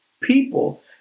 people